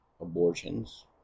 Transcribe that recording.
abortions